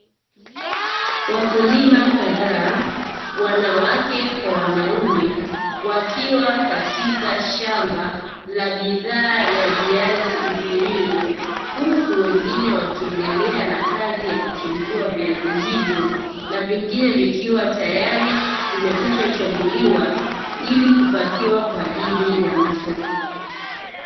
Wakulima kadhaa wanawake kwa wanaume, wakiwa katika shamba la bidhaa ya viazi mviringo, huku wengine wakiendelea na kazi ya kuchimbua viazi hivyo, na vingine vikiwa tayari vimekwisha chambuliwa ili kupakiwa kwa ajili ya masoko.